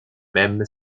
même